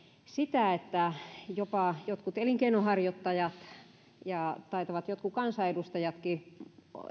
sitä että jopa jotkut elinkeinonharjoittajat ovat mainostaneet ja taitavat jotkut kansanedustajatkin